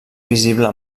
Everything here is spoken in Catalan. visible